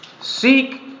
Seek